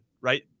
right